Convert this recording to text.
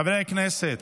חברי הכנסת,